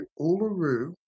Uluru